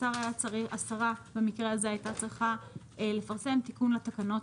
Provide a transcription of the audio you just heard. השרה הייתה צריכה לפרסם תיקון לתקנות